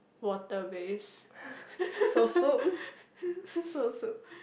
water based so so